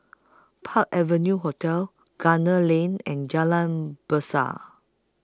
Park Avenue Hotel Gunner Lane and Jalan Besut